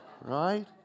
right